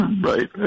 right